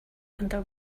under